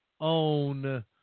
own